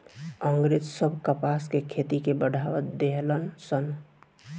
अँग्रेज सब कपास के खेती के बढ़ावा देहलन सन